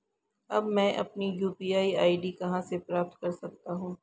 अब मैं अपनी यू.पी.आई आई.डी कहां से प्राप्त कर सकता हूं?